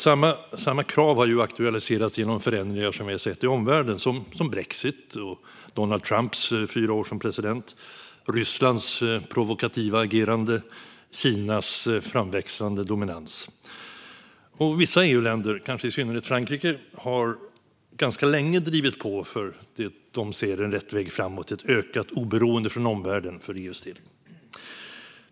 Samma krav har aktualiserats genom förändringar som vi har sett i omvärlden, såsom brexit, Donald Trumps fyra år som president, Rysslands provokativa agerande och Kinas framväxande dominans. Vissa EU-länder, kanske i synnerhet Frankrike, har ganska länge drivit på för det som de anser är rätt väg framåt, nämligen ett ökat oberoende från omvärlden för EU:s del.